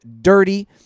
DIRTY